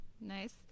Nice